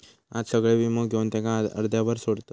आज सगळे वीमो घेवन त्याका अर्ध्यावर सोडतत